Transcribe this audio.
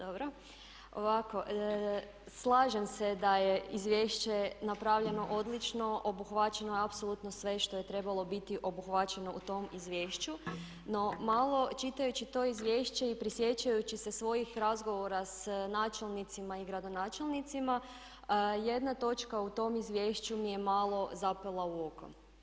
Ovako, slažem se da je Izvješće napravljeno odlično, obuhvaćeno je apsolutno sve što je trebalo biti obuhvaćeno u tom izvješću no malo čitajući to izvješće i prisjećajući se svojih razgovora s načelnicima i gradonačelnicima, jedna točka u tom izvješću mi je malo zapela u oko.